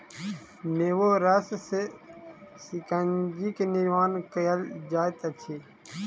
नेबो रस सॅ शिकंजी के निर्माण कयल जाइत अछि